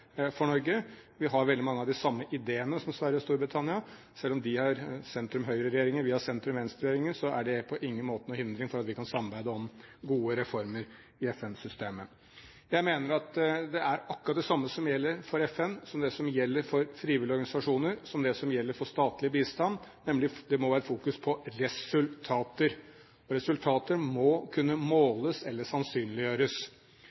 for Norge. Vi har veldig mange av de samme ideene som Sverige og Storbritannia. Selv om de har sentrum-høyre-regjeringer og vi har sentrum-venstre-regjering, er det på ingen måte noen hindring for at vi kan samarbeide om gode reformer i FN-systemet. Jeg mener at det er akkurat det samme som gjelder for FN, som gjelder for frivillige organisasjoner, og som gjelder for statlig bistand, nemlig at det må være fokus på resultater. Resultater må kunne